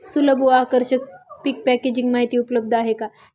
सुलभ व आकर्षक पीक पॅकेजिंग माहिती उपलब्ध आहे का?